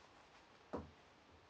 okay